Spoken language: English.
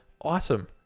Awesome